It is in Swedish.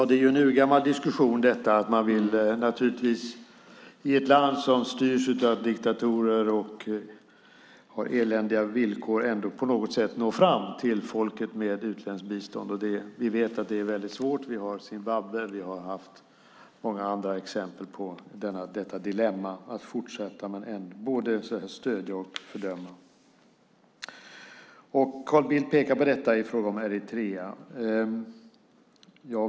Herr talman! Hur man i länder som styrs av diktatorer och där villkoren är eländiga når fram till folket med utländskt bistånd är en urgammal diskussion. Vi vet att det är svårt; Zimbabwe och många andra länder är exempel på dilemmat att både stödja och fördöma. Carl Bildt pekar på detta i fråga om Eritrea.